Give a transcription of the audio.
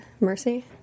Mercy